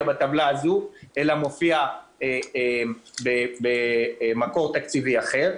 בטבלה הזו אלא מופיע במקור תקציבי אחר.